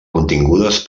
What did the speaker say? contingudes